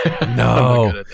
No